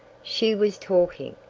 she was talking,